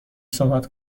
صحبت